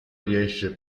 riesce